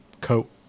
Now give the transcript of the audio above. coat